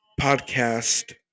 podcast